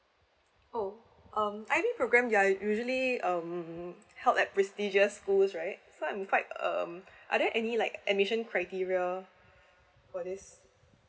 oh um I_B program you are usually um held like prestigious schools right so I'm quite um are there any like admission criteria for this